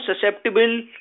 susceptible